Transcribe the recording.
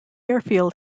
airfield